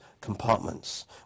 compartments